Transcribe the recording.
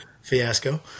fiasco